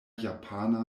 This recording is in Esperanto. japana